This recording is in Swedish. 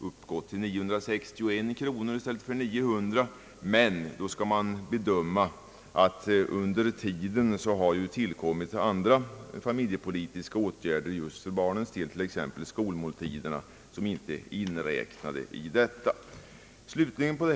uppgått till 961 kronor i stället för 900. Men då skall man tänka på att det under tiden har tillkommit andra familjepolitiska åtgärder just för barnens del, t.ex. skolmåltiderna, som inte är inräknade i dessa belopp.